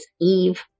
Eve